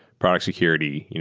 product security,